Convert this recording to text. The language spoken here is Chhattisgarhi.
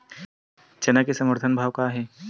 चना के समर्थन भाव का हे?